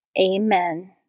Amen